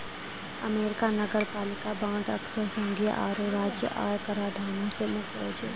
America नगरपालिका bond अक्सर संघीय आरो राज्य आय कराधानो से मुक्त होय छै